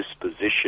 disposition